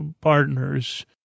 partners